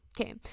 Okay